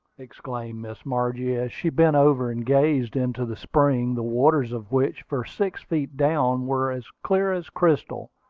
exclaimed miss margie, as she bent over and gazed into the spring, the waters of which, for six feet down, were as clear as crystal.